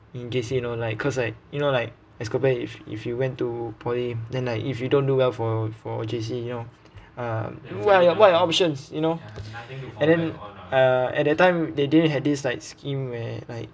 in case you know like cause like you know like as compared if if you went to poly then like if you don't do well for for J_C you know um what are what are your options you know and then uh at that time they didn't had this like scheme where like